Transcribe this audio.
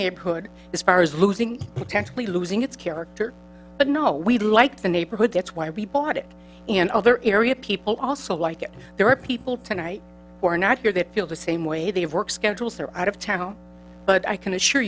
neighborhood as far as losing potentially losing its character but no we liked the neighborhood that's why we bought it and other area people also like it there are people tonight who are not here that feel the same way they work schedules are out of town but i can assure